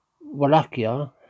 Wallachia